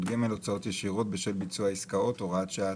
גמל) (הוצאות ישירות בשל ביצוע עסקאות) (הוראת שעה),